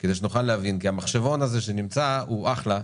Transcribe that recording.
כדי שנוכל להבין, כי המחשבון הזה שנמצא הוא אחלה,